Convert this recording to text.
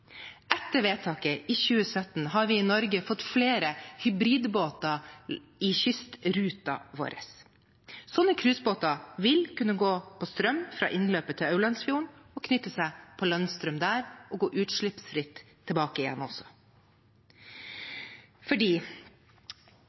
Etter vedtaket i 2017 har vi i Norge fått flere hybridbåter i kystruten vår. Slike cruisebåter vil kunne gå på strøm fra innløpet til Aurlandsfjorden, knytte seg på landstrøm der og gå utslippsfritt tilbake. Vi har valgt å stå på kravet, og det er fordi